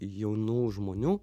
jaunų žmonių